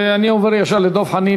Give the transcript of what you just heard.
אני עובר ישר לדב חנין.